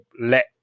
let